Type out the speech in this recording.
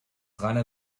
rainer